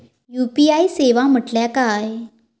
UPI सेवा म्हटल्या काय?